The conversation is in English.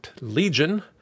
Legion